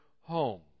home